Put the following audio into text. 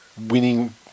winning